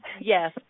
Yes